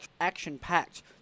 action-packed